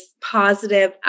positive